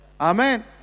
Amen